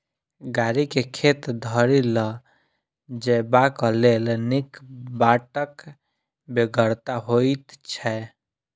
गाड़ी के खेत धरि ल जयबाक लेल नीक बाटक बेगरता होइत छै